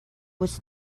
was